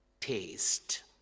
taste